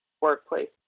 workplace